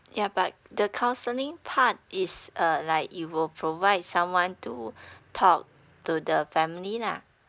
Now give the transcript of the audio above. yeah but the counselling part is uh like it will provide someone to talk to the family lah